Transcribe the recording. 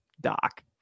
doc